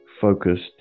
focused